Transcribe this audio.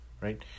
right